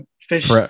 fish